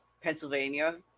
Pennsylvania